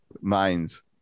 minds